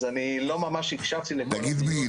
אז אני לא ממש הקשבתי לכל --- תגיד מי,